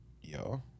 Yo